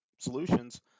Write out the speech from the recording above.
solutions